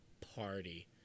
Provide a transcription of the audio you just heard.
Party